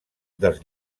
dels